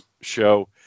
show